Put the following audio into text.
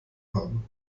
haben